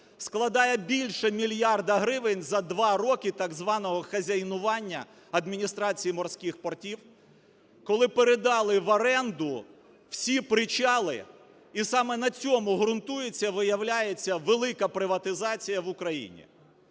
складає більше мільярда гривень за 2 роки так званого хазяйнування Адміністрації морських портів, коли передали в оренду всі причали, і саме на цьому ґрунтується, виявляється, велика приватизація в Україні.